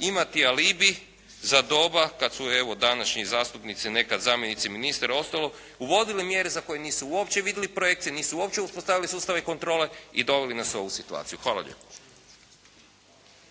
imati alibi za doba kada su evo današnji zastupnici, nekada zamjenici ministra i ostalo, uvodili mjere za koje uopće vidjeli projekcije, nisu uopće uspostavili sustave kontrole i doveli nas u ovu situaciju. Hvala lijepo.